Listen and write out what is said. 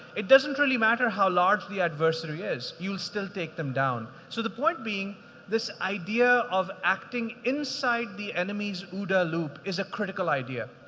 it doesn't really matter how large the adversary is. you still take them down. so the point being this idea ofthe acting inside the enemy's ooda loop is a critical idea.